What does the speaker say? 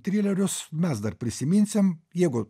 trilerius mes dar prisiminsim jeigu